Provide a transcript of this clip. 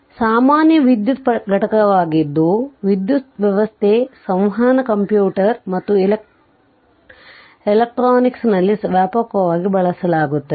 ಆದ್ದರಿಂದ ಕೆಪಾಸಿಟರ್ಗಳು ಸಾಮಾನ್ಯ ವಿದ್ಯುತ್ ಘಟಕವಾಗಿದ್ದು ವಿದ್ಯುತ್ ವ್ಯವಸ್ಥೆ ಸಂವಹನ ಕಂಪ್ಯೂಟರ್ ಮತ್ತು ಎಲೆಕ್ಟ್ರಾನಿಕ್ಸ್ನಲ್ಲಿ ವ್ಯಾಪಕವಾಗಿ ಬಳಸಲಾಗುತ್ತದೆ